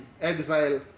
exile